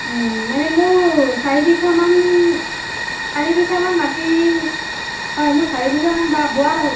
ও মানে মোৰ চাৰি বিঘামান চাৰি বিঘামান মাটি হয় মোৰ চাৰি বিঘামান